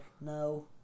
No